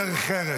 קצת דרך ארץ.